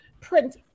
print